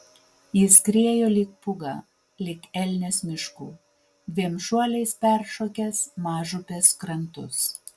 jis skriejo lyg pūga lyg elnias miškų dviem šuoliais peršokęs mažupės krantus